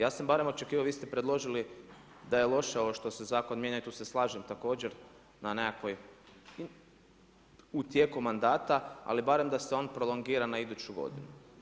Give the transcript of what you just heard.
Ja sam barem očekivao, vi ste preložili da je loše ovo što se zakon mijenja i tu se slažem također u tijeku mandata, ali barem da se on prolongira na iduću godinu.